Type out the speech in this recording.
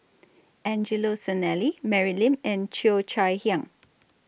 Angelo Sanelli Mary Lim and Cheo Chai Hiang